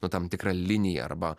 nu tam tikrą liniją arba